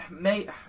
mate